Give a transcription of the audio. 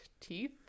teeth